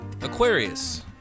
Aquarius